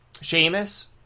Sheamus